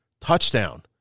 touchdown